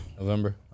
November